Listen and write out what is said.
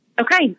Okay